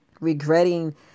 regretting